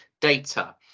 data